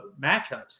matchups